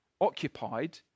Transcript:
occupied